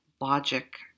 logic